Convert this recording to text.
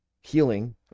healing